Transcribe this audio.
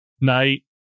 night